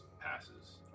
passes